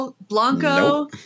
Blanco